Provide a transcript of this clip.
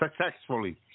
Successfully